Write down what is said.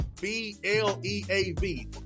B-L-E-A-V